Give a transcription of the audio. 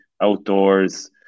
outdoors